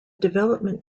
development